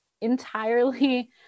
entirely